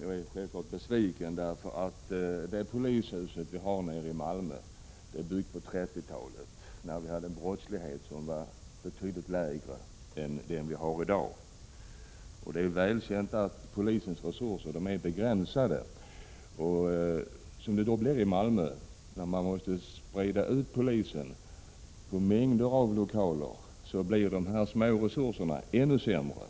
Jag är självfallet besviken — det polishus vi har i Malmö är byggt på 1930-talet, då vi hade en brottslighet som var betydligt lägre än i dag. Det är välkänt att polisens resurser är begränsade. I Malmö måste man sprida ut polisen på mängder av lokaler, och då blir dessa små resurser ännu sämre.